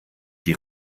die